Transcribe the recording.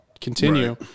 Continue